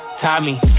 Tommy